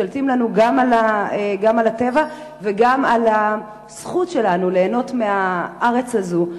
משתלטים לנו גם על הטבע וגם על הזכות שלנו ליהנות מהארץ הזאת,